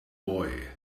boy